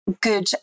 good